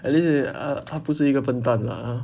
at least 他他不是一个笨蛋 lah !huh!